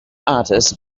artist